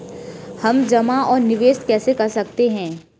हम जमा और निवेश कैसे कर सकते हैं?